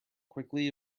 quickly